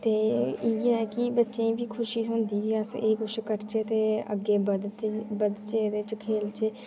ते इ'यै की बच्चें गी बी खुशी थ्होंदी ऐ ते एह् कुछ करचै ते अग्गै बधचै खेल च